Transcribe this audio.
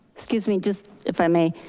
excuse me, just if i may,